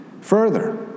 Further